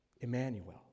Emmanuel